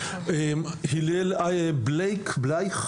נמצא אתנו הלל בלייך,